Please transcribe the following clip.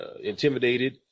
intimidated